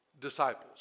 disciples